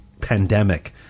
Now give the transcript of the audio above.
pandemic